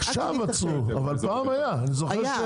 עכשיו עצרו, אבל פעם היה, אני זוכר שהיו.